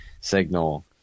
Signal